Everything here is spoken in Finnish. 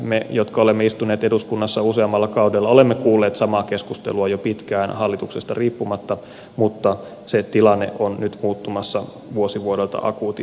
me jotka olemme istuneet eduskunnassa useammalla kaudella olemme kuulleet samaa keskustelua jo pitkään hallituksesta riippumatta mutta se tilanne on nyt muuttumassa vuosi vuodelta akuutimmaksi